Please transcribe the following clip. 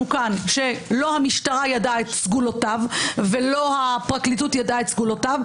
כאן שלא המשטרה ידעה את סגולותיו ולא הפרקליטות ידעה את סגולותיו,